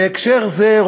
בהקשר זה,